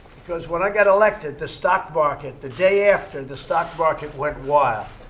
because when i got elected, the stock market the day after, the stock market went wild.